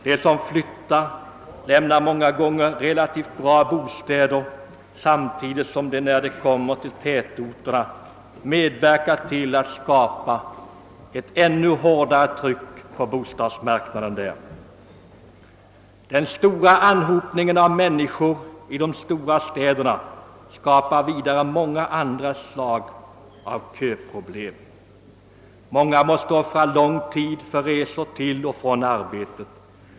De som flyttar lämnar många gånger relativt bra bostäder samtidigt som de, när de kommer till tätorterna, medverkar till att skapa ett ännu hårdare tryck på bostadsmarknaden där. Den stora anhopningen av människor i de stora städerna skapar vidare många andra slag av köproblem. Många måste offra lång tid för att resa till och från arbetet.